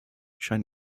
scheint